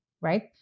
right